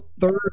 third